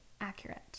accurate